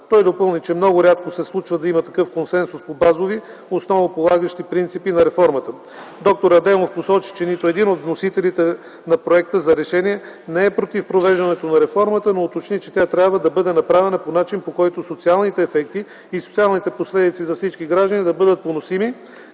Той допълни, че много рядко се случва да има такъв консенсус по базови, основополагащи принципи на реформата. Доктор Адемов посочи, че нито един от вносителите на Проекта за решение не е против провеждането на реформата, но уточни, че тя трябва да бъде направена по начин, по който социалните ефекти и социалните последици за всички граждани да бъдат поносими,